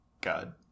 God